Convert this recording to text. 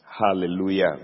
Hallelujah